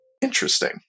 Interesting